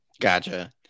Gotcha